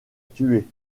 tuer